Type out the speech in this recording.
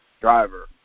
driver